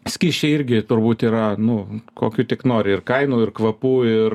skysčiai irgi turbūt yra nu kokių tik nori ir kainų ir kvapų ir